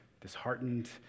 disheartened